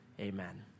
Amen